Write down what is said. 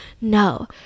no